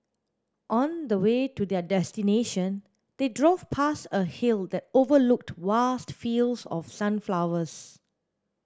on the way to their destination they drove past a hill that overlooked vast fields of sunflowers